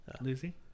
lucy